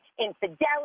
infidelity